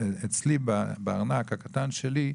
אצלי בארנק הקטן שלי,